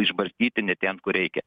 išbarstyti ne ten kur reikia